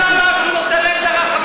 מה אתה עושה חוק?